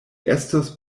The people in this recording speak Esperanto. estos